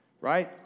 right